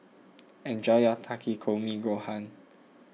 enjoy your Takikomi Gohan